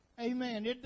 Amen